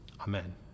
Amen